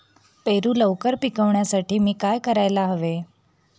पेरू लवकर पिकवण्यासाठी मी काय करायला हवे?